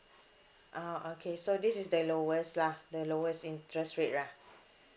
(uh huh) okay so this is the lowest lah the lowest interest rate lah